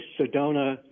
Sedona